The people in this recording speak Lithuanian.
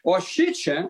o šičia